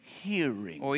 hearing